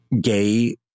gay